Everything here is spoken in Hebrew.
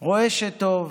// רואה שטוב,